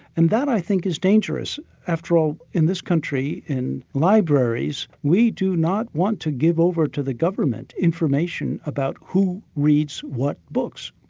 and that i think is dangerous. after all, in this country, in libraries, we do not want to give over to the government information about who reads what books.